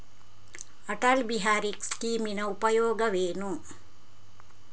ಅಟಲ್ ಬಿಹಾರಿ ಸ್ಕೀಮಿನ ಉಪಯೋಗವೇನು?